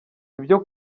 ibyo